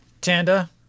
tanda